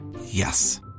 Yes